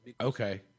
Okay